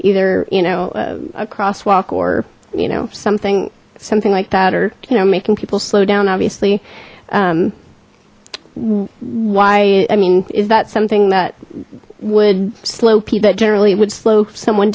either you know a crosswalk or you know something something like that or you know making people slow down obviously why i mean is that something that would slow pee that generally it would slow someone